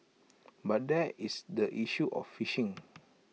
but there is the issue of fishing